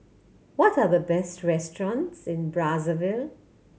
what are the best restaurants in Brazzaville